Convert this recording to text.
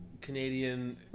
Canadian